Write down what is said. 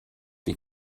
wie